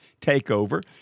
takeover